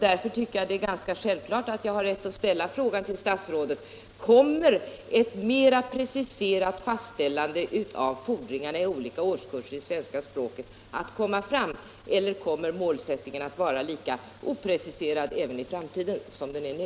Därför tycker jag det är ganska självklart att jag har rätt att ställa frågan till statsrådet: Kommer det ett mera preciserat fastställande av fordringarna i svenska språket i olika årskurser, eller kommer målsättningen att vara lika opreciserad i framtiden som den är nu?